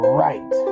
right